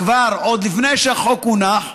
כבר, עוד לפני שהחוק הונח,